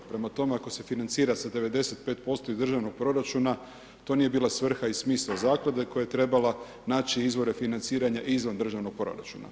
Prema tome, ako se financira sa 95% iz državnog proračuna, to nije bila svrha i smisao zaklade, koja je trebala naći izvore financiranja i izvan državnog proračuna.